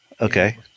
okay